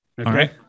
Okay